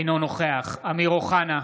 אינו נוכח אמיר אוחנה,